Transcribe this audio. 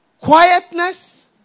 Quietness